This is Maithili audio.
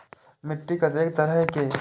मिट्टी कतेक तरह के?